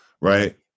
right